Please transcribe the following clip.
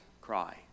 cry